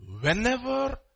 Whenever